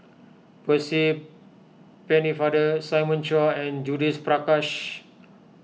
Percy Pennefather Simon Chua and Judith Prakash